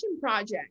project